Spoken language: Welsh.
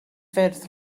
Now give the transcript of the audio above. ffyrdd